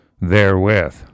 therewith